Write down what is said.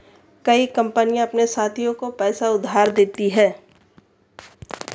कई कंपनियां अपने साथियों को पैसा उधार देती हैं